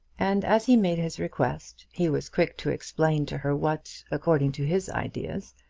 and as he made his request he was quick to explain to her what, according to his ideas,